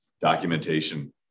documentation